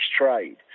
trade